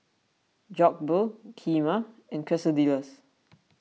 Jokbal Kheema and Quesadillas